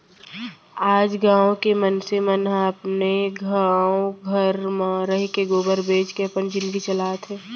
आज गॉँव के मनसे मन ह अपने गॉव घर म रइके गोबर बेंच के अपन जिनगी चलात हें